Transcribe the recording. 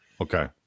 okay